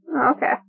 Okay